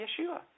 Yeshua